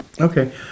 Okay